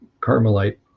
Carmelite